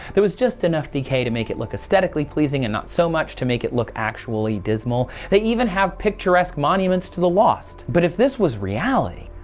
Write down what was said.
there was just enough decay to make it look aesthetically pleasing and not so much to make it look actually dismal. they even have picturesque monuments to the last but if this was reality,